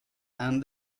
han